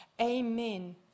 Amen